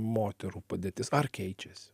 moterų padėtis ar keičiasi